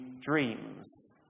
dreams